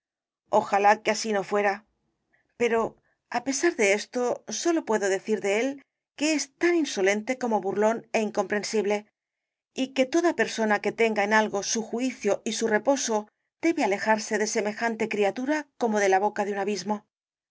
ojalá que así no fuera pero á pesar de esto sólo puedo decir de él que es tan insolente como burlón é incomprensible y que toda persona que tenga en algo su juicio y su reposo debe alejarse de semejante criatura como de la boca de un abismo